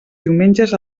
diumenges